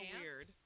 weird